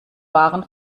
waren